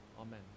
Amen